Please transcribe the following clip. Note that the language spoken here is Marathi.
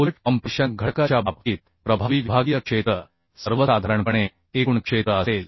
उलट कॉम्प्रेशन घटका च्या बाबतीत प्रभावी विभागीय क्षेत्र सर्वसाधारणपणे एकूण क्षेत्र असेल